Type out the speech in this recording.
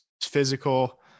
physical